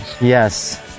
Yes